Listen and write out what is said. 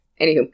Anywho